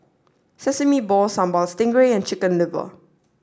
Sesame Balls Sambal Stingray and Chicken Liver